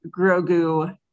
Grogu